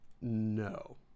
No